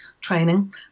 training